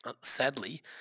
Sadly